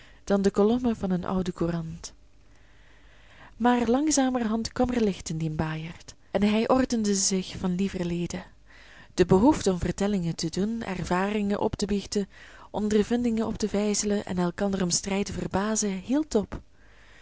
dan de kolommen van een oude courant maar langzamerhand kwam er licht in dien baaierd en hij ordende zich van lieverlede de behoefte om vertellingen te doen ervaringen op te biechten ondervindingen op te vijzelen en elkander om strijd te verbazen hield op